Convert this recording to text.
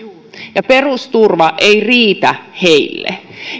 ja perusturva ei riitä heille